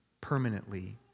permanently